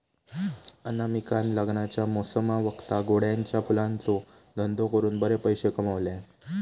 अनामिकान लग्नाच्या मोसमावक्ता गोंड्याच्या फुलांचो धंदो करून बरे पैशे कमयल्यान